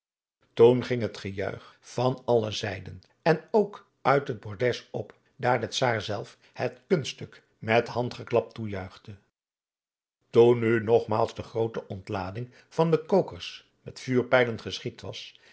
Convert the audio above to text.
toen ging het gejuich van alle zijden en ook uit het bordes op daar de czaar zelf het kunststuk met handgeklap toejuichte toen nu nogmaals de groote ontlading van de kokers met vuurpijlen geschied was